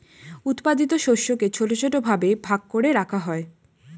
উৎপাদিত শস্যকে ছোট ছোট ভাবে ভাগ করে রাখা হয়